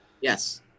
Yes